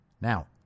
Now